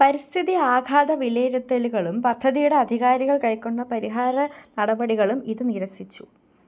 പരിസ്ഥിതി ആഘാത വിലയിരുത്തലുകളും പദ്ധതിയുടെ അധികാരികള് കൈക്കൊണ്ട പരിഹാര നടപടികളും ഇത് നിരസിച്ചു